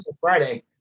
Friday